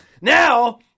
Now